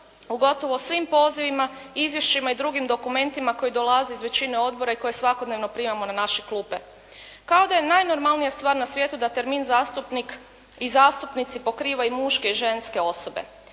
u gotovo svim pozivima, izvješćima i drugim dokumentima koji dolaze iz većine odbora i koje svakodnevno primamo na naše klupe. Kao da je najnormalnija stvar na svijetu da termin zastupnik i zastupnici pokrivaju muške i ženske osobe.